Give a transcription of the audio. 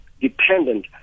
dependent